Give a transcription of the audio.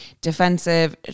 Defensive